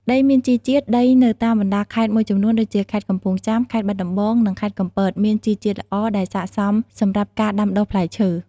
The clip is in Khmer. ដីមានជីជាតិ ដីនៅតាមបណ្តាខេត្តមួយចំនួនដូចជា ខេត្តកំពង់ចាម ខេត្តបាត់ដំបង និងខេត្តកំពត មានជីជាតិល្អ ដែលស័ក្តិសមសម្រាប់ការដាំដុះផ្លែឈើ។